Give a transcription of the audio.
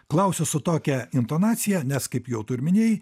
klausiu su tokia intonacija nes kaip jau tu ir minėjai